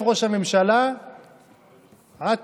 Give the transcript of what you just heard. המטרה שלי היא לגרום לכך שמדינת ישראל וכל רשות שלה,